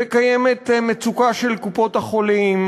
קיימת מצוקה של קופות-החולים,